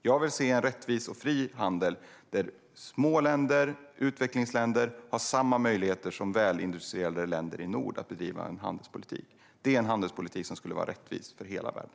Jag vill se en rättvis och fri handel där små länder och utvecklingsländer har samma möjligheter som väl industrialiserade länder i norr att bedriva handelspolitik. Det är en handelspolitik som skulle vara rättvis för hela världen.